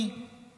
אני לא אצלם.